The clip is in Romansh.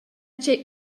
tgei